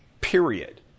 period